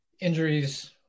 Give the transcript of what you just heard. injuries